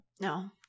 no